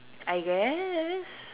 I guess